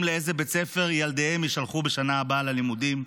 לאיזה בית ספר ילדיהם יישלחו בשנה הבאה ללימודים?